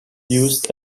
used